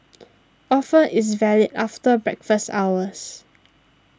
offer is valid after breakfast hours